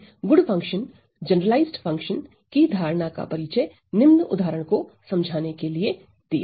मैंने good function generalize function good functiongeneralized function की धारणा का परिचय निम्न उदाहरण को समझाने के लिए दिया